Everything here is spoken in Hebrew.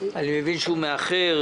אני מבין שהוא מאחר